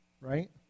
right